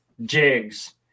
jigs